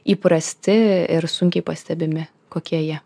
įprasti ir sunkiai pastebimi kokie jie